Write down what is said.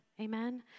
amen